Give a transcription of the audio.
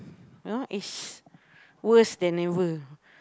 you know it's worse than ever